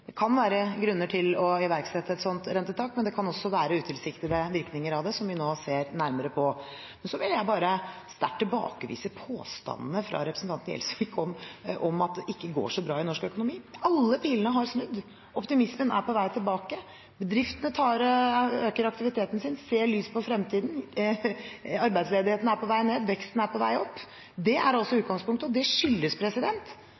Det kan være grunner til å iverksette et slikt rentetak, men det kan også være utilsiktede virkninger av det, som vi nå ser nærmere på. Ellers vil jeg sterkt tilbakevise påstandene fra representanten Gjelsvik om at det ikke går så bra i norsk økonomi: Alle pilene har snudd. Optimismen er på vei tilbake. Bedriftene øker aktiviteten og ser lyst på fremtiden. Arbeidsledigheten er på vei ned, veksten er på vei opp. Det er